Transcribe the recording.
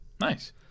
Nice